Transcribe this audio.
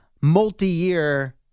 multi-year